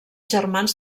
germans